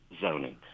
zoning